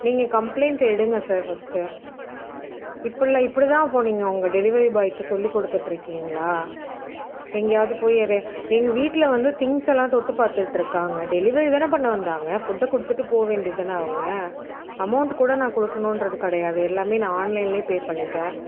நீங்கள் கம்ப்ளைண்ட் எடுங்கள் sir first இப்படிலாம் இப்படித்தான் அப்போது நீங்கள் உங்கள் டெலிவரி பாய்க்கு சொல்லிக் கொடுத்துட்ருக்கீங்களா எங்கேயாவது போய் எதையாது எங்கள் வீட்டில் வந்து திங்க்ஸெல்லாம் தொட்டு பார்த்துட்ருக்காங்க டெலிவரி தானே பண்ண வந்தாங்க ஃபுட்டை கொடுத்துட்டு போக வேண்டியது தானே அவங்க அமௌண்ட் கூட நான் கொடுக்கணுன்றது கிடையாதே எல்லாமே நான் ஆன்லைன்லேயே பே பண்ணிவிட்டேன்